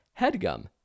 HEADGUM